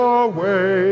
away